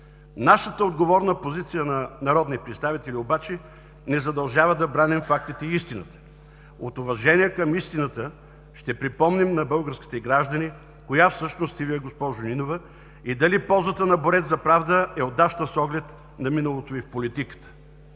Нашата отговорна позиция на народни представители обаче ни задължава да браним фактите и истината. От уважение към истината ще припомним на българските граждани коя всъщност сте Вие, госпожо Нинова, и дали позата на борец за правда е удачна с оглед на миналото Ви в политиката.